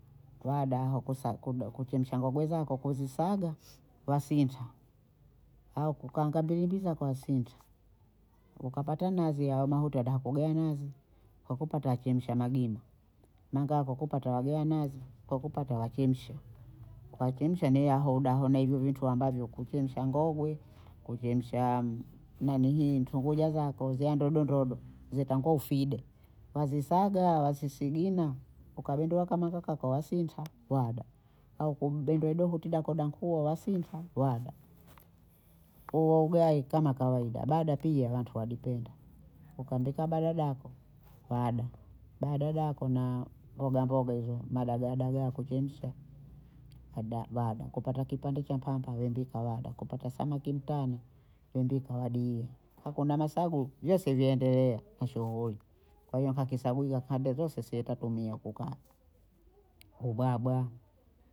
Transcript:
Wadaha ukusa kuda kuchemsha ngogwe zako kuzisaga, wasinta au kukaanga mbiyi mbiyi nakuwa sinta, ukapata nazi hayo mahuta hata kugea nazi, kwakupata wakimsha magima, manga wako kupata wagawa nazi, kwa kupata wachemsha, kwachemsha neya hoda aho na hivyo vitu ambavyo kuchemsha ngogwe, kuchemsha nanihii ntunguja zako ziya ndododo zatangwa ufide, wazisaga, wazisigina, ukabindua kama kakako wasinta wada, au kudondo dohoti dako dankuwa wasinta wada, ko huo ugayi kama kawaida, bada pia watu wadipenda, ukandika bada dako wada, bada dako naa mboga mboga hizo na dagaa dagaa kuchemsha waada wada, kupata kipande cha mpampa wempika wada, kupata samaki mpana wempika wadie, hakuna masagu vyose vyaendelea na shughuli, kwa hiyo mpaka isaguya kande zose sie tatumia huku ka ubwabwa